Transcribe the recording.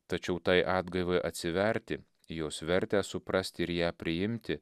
tačiau tai atgaivai atsiverti jos vertę suprasti ir ją priimti